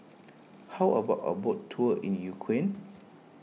how about a boat tour in Ukraine